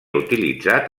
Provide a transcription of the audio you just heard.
utilitzat